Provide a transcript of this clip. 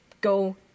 go